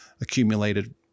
accumulated